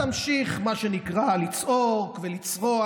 אתה תמשיך מה שנקרא לצעוק ולצרוח,